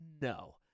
no